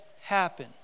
happen